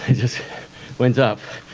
just went up.